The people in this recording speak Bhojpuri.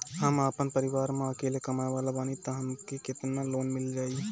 हम आपन परिवार म अकेले कमाए वाला बानीं त हमके केतना लोन मिल जाई?